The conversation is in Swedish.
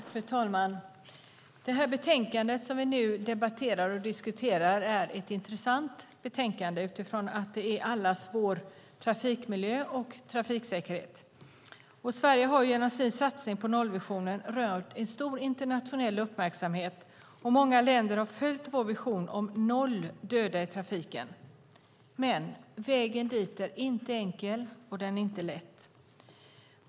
Fru talman! Det här betänkandet, som vi nu debatterar och diskuterar, är ett intressant betänkande utifrån att det är allas vår trafikmiljö och trafiksäkerhet. Sverige har genom sin satsning på nollvisionen rönt en stor internationell uppmärksamhet, och många länder har följt vår vision om noll döda i trafiken. Men vägen dit är inte enkel, och den är inte lätt.